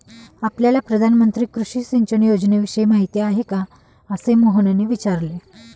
आपल्याला प्रधानमंत्री कृषी सिंचन योजनेविषयी माहिती आहे का? असे मोहनने विचारले